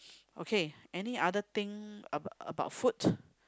okay any other thing about about food